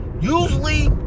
Usually